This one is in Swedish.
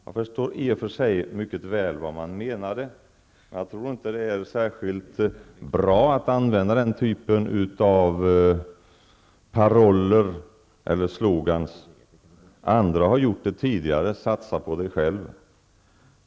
Jag förstår i och för sig mycket väl vad de menade, men jag tror inte att det är särskilt bra att använda den typen av paroller. Andra har gjort det tidigare: ''Satsa på dig själv.''